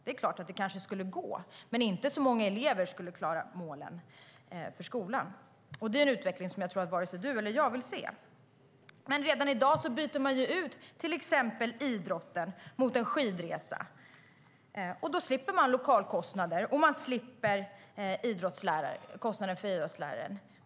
Det är klart att det kanske skulle gå, men det skulle inte vara många elever som klarade målen i skolan. Det är en utveckling som jag tror att vare sig du eller jag vill se. Redan i dag byter man ut till exempel idrotten mot en skidresa. Då slipper man lokalkostnader, och man slipper kostnaden för idrottsläraren.